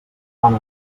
tant